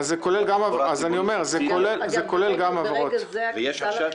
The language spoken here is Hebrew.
זה כולל את ההעברות לתחבורה הציבורית?